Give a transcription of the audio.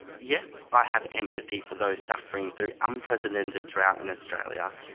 yes, i have empathy for those suffering through unprecedented drought in australia,